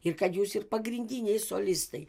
ir kad jūs ir pagrindiniai solistai